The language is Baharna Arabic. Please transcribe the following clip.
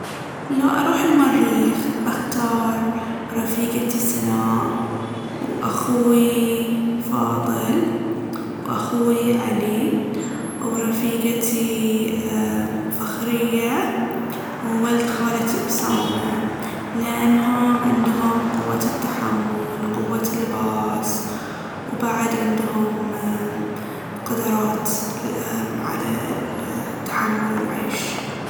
لو اروح المريخ بختار رقيفتي سناء وأخويي فاضل وأخويي علي و رقيفتي أمم فخرية وولد خالتي أسامة. لأنهم عندهم قوة التحمل، قوة الباس وبعد عندهم قدرات على التحمل والعيش.